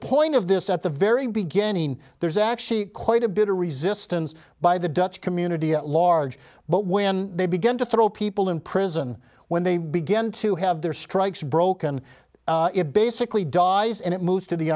point of this at the very beginning there's actually quite a bit of resistance by the dutch community at large but when they begin to throw people in prison when they begin to have their strikes broken it basically dies and it moves to the